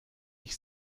ich